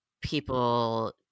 people